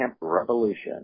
Revolution